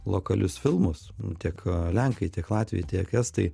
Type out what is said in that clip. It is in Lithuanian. lokalius filmus tiek lenkai tiek latviai tiek estai